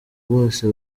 bose